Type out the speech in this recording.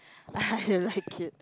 I like it